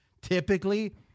typically